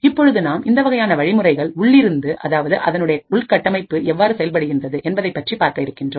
இப்பொழுது நாம் இந்த வகையான வழிமுறைகள் உள்ளிருந்து அதாவது அதனுடைய உட்கட்டமைப்பு எவ்வாறு செயல்படுகின்றன என்பதைப்பற்றி பார்க்க இருக்கின்றோம்